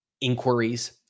inquiries